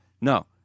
No